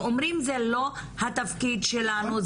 ואומרות - זה לא התפקיד שלנו.